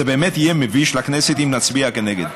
זה באמת יהיה מביש לכנסת אם נצביע נגד,